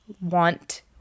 want